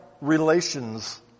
relations